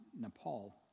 Nepal